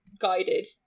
guided